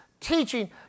teaching